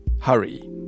hurry